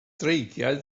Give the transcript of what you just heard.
dreigiau